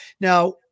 Now